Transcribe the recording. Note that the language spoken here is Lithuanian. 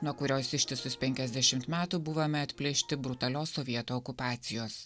nuo kurios ištisus penkiasdešimt metų buvome atplėšti brutalios sovietų okupacijos